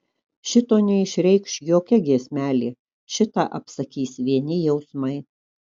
šito neišreikš jokia giesmelė šitą apsakys vieni jausmai